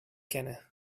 kenne